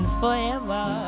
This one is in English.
forever